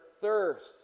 thirst